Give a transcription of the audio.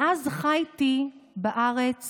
מאז חייתי בארץ